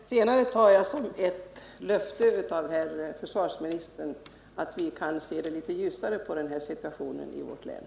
Herr talman! Det sista tar jag som ett löfte från herr försvarsministern om att vi kan se litet ljusare på situationen i detta aveende i vårt län.